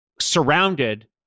surrounded